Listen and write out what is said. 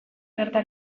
gerta